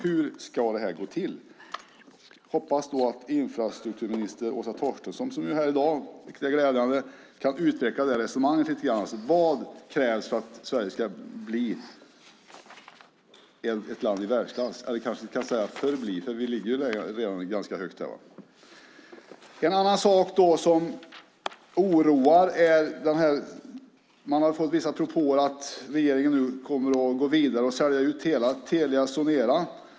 Hur ska det här gå till? Jag hoppas att infrastrukturminister Åsa Torstensson, som glädjande nog är här i dag, kan utveckla resonemanget lite grann. Vad krävs för att Sverige ska bli ett land i världsklass? Eller jag kanske ska säga förbli, för vi ligger redan ganska högt. En annan sak som oroar är att det har kommit vissa propåer om att regeringen kommer att gå vidare och sälja ut hela Telia Sonera.